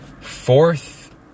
fourth